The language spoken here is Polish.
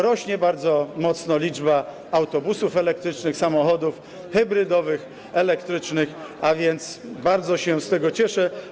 Rośnie bardzo mocno liczba autobusów elektrycznych, samochodów hybrydowych, elektrycznych, bardzo się z tego cieszę.